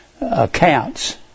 accounts